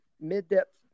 mid-depth